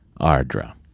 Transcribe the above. Ardra